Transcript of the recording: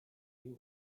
you